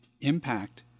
impact